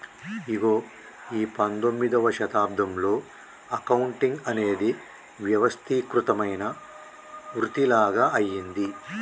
ఇగో ఈ పందొమ్మిదవ శతాబ్దంలో అకౌంటింగ్ అనేది వ్యవస్థీకృతమైన వృతిలాగ అయ్యింది